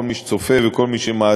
כל מי שצופה וכל מי שמאזין,